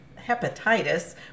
hepatitis